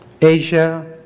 Asia